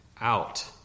out